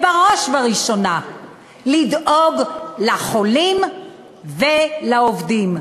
ובראש ובראשונה לדאוג לחולים ולעובדים.